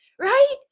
Right